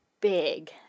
big